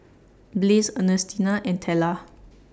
Blaze Ernestina and Tella